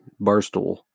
Barstool